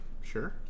sure